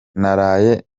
naraye